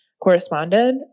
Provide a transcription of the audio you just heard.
corresponded